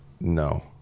No